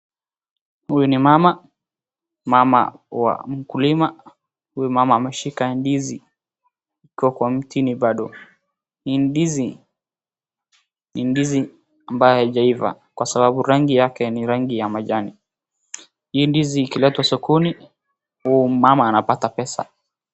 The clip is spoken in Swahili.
Huyu ni mama ,mama wa mkulima, huyu mama ameshika ndizi ikiwa kwa mtini bado. Ni ndizi ambaye ijaiva kwa sababu rangi yake ni rangi ya majani. Hii ndizi ikiletwa sokoni huu mama anapata pesa.